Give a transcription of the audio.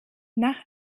nach